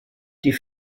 die